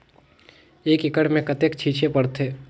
एक एकड़ मे कतेक छीचे पड़थे?